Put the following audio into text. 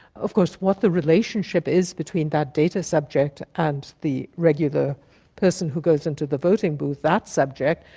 of course what the relationship is between that data subject and the regular person who goes into the voting booth, that subject,